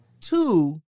Two